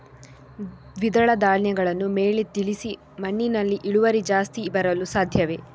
ದ್ವಿದಳ ಧ್ಯಾನಗಳನ್ನು ಮೇಲೆ ತಿಳಿಸಿ ಮಣ್ಣಿನಲ್ಲಿ ಇಳುವರಿ ಜಾಸ್ತಿ ಬರಲು ಸಾಧ್ಯವೇ?